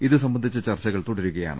ഇത് സംബന്ധിച്ച ചർച്ചകൾ തുടരുകയാണ്